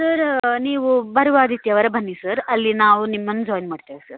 sir ನೀವು ಬರುವ ಆದಿತ್ಯವಾರ ಬನ್ನಿ ಸರ್ ಅಲ್ಲಿ ನಾವು ನಿಮ್ಮನ್ನ ಜಾಯ್ನ್ ಮಾಡ್ತೇವೆ ಸರ್